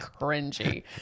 cringy